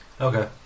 Okay